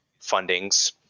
fundings